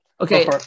Okay